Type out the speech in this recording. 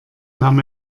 nahm